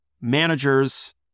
managers